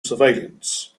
surveillance